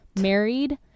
married